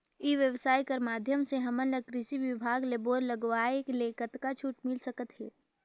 ई व्यवसाय कर माध्यम से हमन ला कृषि विभाग ले बोर लगवाए ले कतका छूट मिल सकत हे?